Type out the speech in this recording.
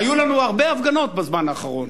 היו לנו הרבה הפגנות בזמן האחרון,